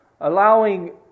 allowing